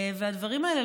הדברים האלה,